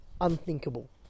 unthinkable